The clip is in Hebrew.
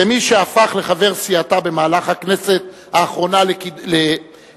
כמי שהפך לחבר סיעתה במהלך הכנסת האחרונה לכהונתה,